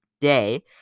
day